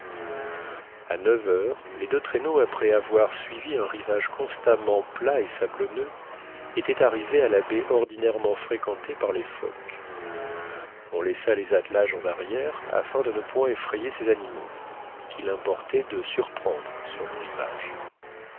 à neuf heures les deux traîneaux après avoir suivi un rivage constamment plat et sablonneux étaient arrivés à la baie ordinairement fréquentée par les phoques on laissa les attelages en arrière afin de ne point effrayer ces animaux qu'il importait de surprendre sur le rivage